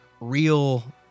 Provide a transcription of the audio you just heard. real